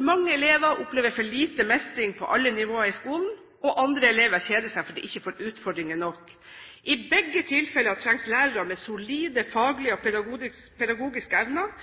Mange elever opplever for lite mestring på alle nivåer i skolen, og andre elever kjeder seg fordi de ikke får utfordringer nok. I begge tilfeller trengs lærere med solide faglige og pedagogiske evner